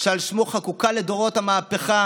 שעל שמו חקוקה לדורות המהפכה